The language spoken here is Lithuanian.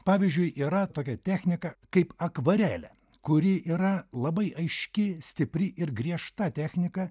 pavyzdžiui yra tokia technika kaip akvarelė kuri yra labai aiški stipri ir griežta technika